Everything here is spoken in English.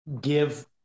give